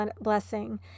blessing